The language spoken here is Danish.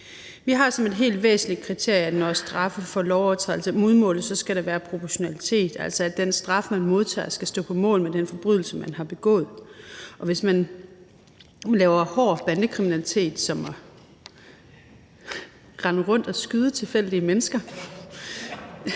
Vi har som et helt væsentligt kriterie, at når straffe for lovovertrædelser udmåles, skal der være proportionalitet, altså atden straf, man modtager, skal stå på mål med den forbrydelse, man har begået, og hvis man laver hård bandekriminalitet som at rende rundt og skyde tilfældige mennesker,